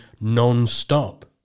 non-stop